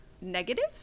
negative